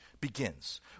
begins